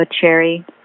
cherry